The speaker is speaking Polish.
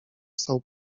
stał